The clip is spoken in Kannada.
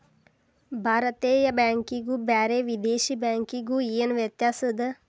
ಭಾರತೇಯ ಬ್ಯಾಂಕಿಗು ಬ್ಯಾರೆ ವಿದೇಶಿ ಬ್ಯಾಂಕಿಗು ಏನ ವ್ಯತ್ಯಾಸದ?